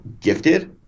gifted